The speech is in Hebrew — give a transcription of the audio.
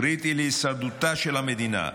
קריטי להישרדותה של המדינה,